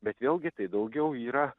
bet vėlgi tai daugiau yra